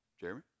Jeremy